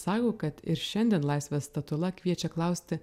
sako kad ir šiandien laisvės statula kviečia klausti